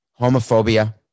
Homophobia